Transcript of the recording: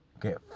Get